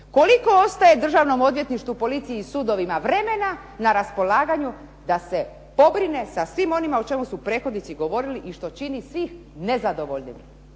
Koliko ostaje Državnom odvjetništvu, policiji i sudovima vremena na raspolaganju da se pobrine sa svim onima o čemu su prethodnici govorili i što čini svih nezadovoljnim,